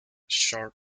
sharp